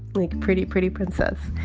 like pretty pretty princess.